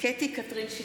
קטי קטרין שטרית,